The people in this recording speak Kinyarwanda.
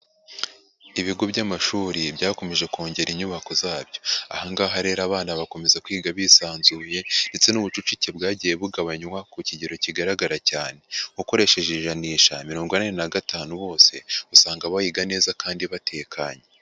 Ibigo by'amashuri byakomeje kongera inyubako zabyo. Aha ngaha rero abana bakomeza kwiga bisanzuye ndetse n'ubucucike bwagiye bugabanywa ku kigero kigaragara cyane. Ukoresheje ijanisha mirongo inane na gatanu bose usanga biga neza kandi batekanye.